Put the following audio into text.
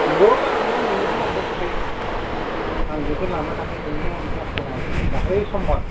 नंगौ नोंनाव नोंनिफ्रायनो लांबाय थाखायो आं नोंनिफ्राय लांबाय थाखायो नोंनि आं कास्ट'मार दाख्लै समबार